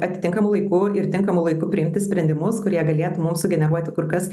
atitinkamu laiku ir tinkamu laiku priimti sprendimus kurie galėtų mums sugeneruoti kur kas